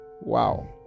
wow